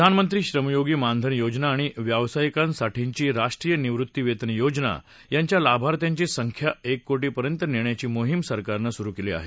प्रधानमंत्री श्रमयोगी मानधन योजना आणि व्यावसायिकांसाठीची राष्ट्रीय निवृत्तीवेतन योजना यांच्या लाभार्थ्यांची संख्या एक कोटी पर्यंत नेण्याची मोहीम सरकारनं सुरु केली आहे